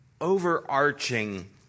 overarching